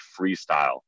freestyle